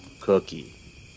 Cookie